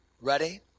Ready